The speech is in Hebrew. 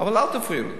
אבל אל תפריעו לי.